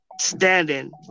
standing